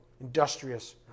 industrious